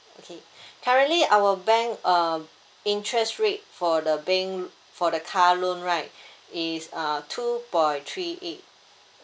okay currently our bank uh interest rate for the bank for the car loan right is uh two point three eight